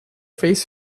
face